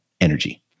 energy